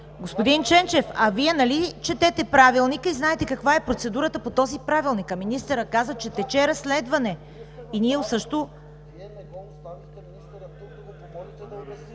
Господин Ченчев, Вие нали четете Правилника и знаете каква е процедурата по този правилник? Министърът каза, че тече разследване и ние също…